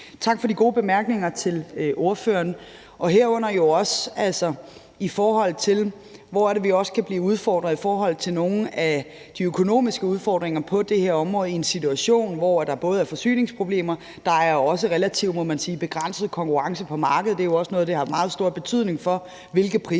altså i forhold til spørgsmålet om, hvor det er, vi også kan blive udfordret, når det handler om nogle af de økonomiske udfordringer på det her område i en situation, hvor der både er forsyningsproblemer, og hvor der også er relativt begrænset konkurrence på markedet, må man sige. Det er jo også noget af det, der har haft meget stor betydning for, hvilke priser